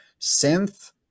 synth